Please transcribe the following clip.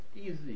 easy